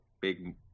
big